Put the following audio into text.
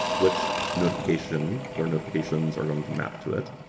which notification or notifications are going to map to it.